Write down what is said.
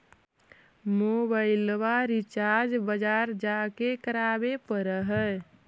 मोबाइलवा रिचार्ज बजार जा के करावे पर है?